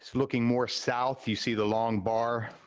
looking more south, you see the long bar.